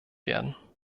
werden